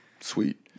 Sweet